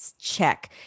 Check